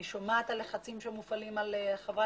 אני שומעת על לחצים שמופעלים על חברי